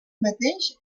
mateix